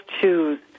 choose